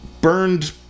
burned